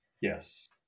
Yes